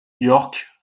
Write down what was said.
york